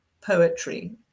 poetry